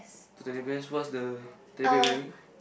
two teddy bears what is the teddy bear wearing